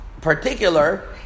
particular